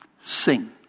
sing